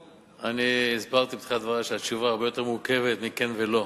אני הסברתי בתחילת דברי שהתשובה הרבה יותר מורכבת מ"כן" ו"לא".